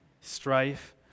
strife